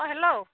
অঁ হেল্ল'